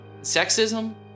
sexism